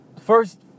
First